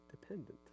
dependent